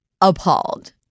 appalled